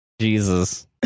Jesus